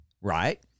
right